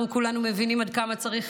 אנחנו כולנו מבינים עד כמה צריך